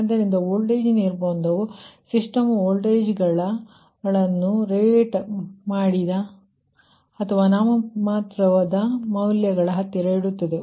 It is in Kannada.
ಆದ್ದರಿಂದ ವೋಲ್ಟೇಜ್ ನಿರ್ಬಂಧವು ಸಿಸ್ಟಮ್ ವೋಲ್ಟೇಜ್ಗಳನ್ನು ರೇಟ್ ಮಾಡಿದ ಅಥವಾ ನಾಮಮಾತ್ರದ ಮೌಲ್ಯಗಳ ಹತ್ತಿರ ಇಡುತ್ತದೆ